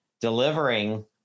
delivering